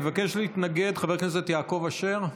מבקש להתנגד חבר הכנסת יעקב אשר.